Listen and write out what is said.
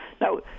Now